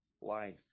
life